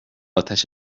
آتش